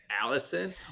allison